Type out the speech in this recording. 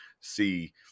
see